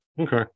okay